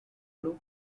local